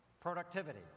productivity